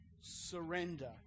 surrender